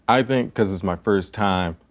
i think cause it's my first time,